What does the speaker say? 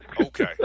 Okay